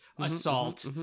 assault